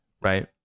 right